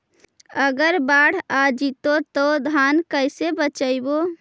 अगर बाढ़ आ जितै तो धान के कैसे बचइबै?